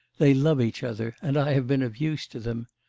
they love each other, and i have been of use to them.